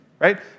right